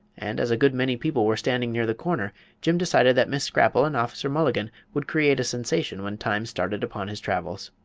and as a good many people were standing near the corner jim decided that miss scrapple and officer mulligan would create a sensation when time started upon his travels.